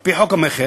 על-פי חוק המכר